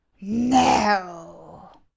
no